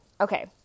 Okay